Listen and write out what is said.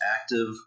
active